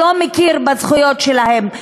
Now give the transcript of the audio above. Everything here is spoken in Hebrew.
שלא מכיר בזכויות שלהם.